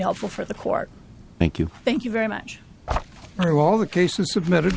helpful for the court thank you thank you very much through all the cases submitted